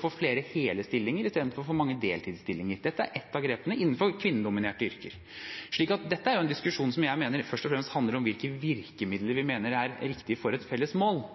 få f.eks. flere hele stillinger istedenfor for mange deltidsstillinger innenfor kvinnedominerte yrker, og dette er et av grepene. Dette er en diskusjon som jeg mener først og fremst handler om hvilke virkemidler vi mener er riktige for et felles mål,